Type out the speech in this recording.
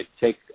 take